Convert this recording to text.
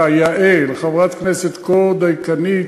כיאה לחברת כנסת כה דייקנית,